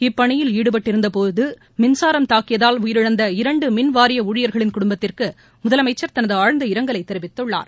இப்பணியில் ஈடுபட்டிருந்த போது மின்சாரம் தாக்கியதால் உயிரிழந்த இரண்டு மின்வாரிய ஊழியர்களின் குடும்பத்திற்கு முதலமைச்சர் தனது ஆழ்ந்த இரங்கலை தெரிவித்துள்ளார்